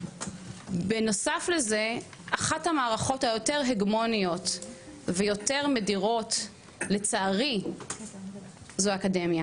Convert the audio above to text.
בנוסף לזה אחת המערכות היותר הגמוניות ויותר מדירות לצערי זו האקדמיה